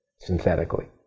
synthetically